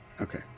Okay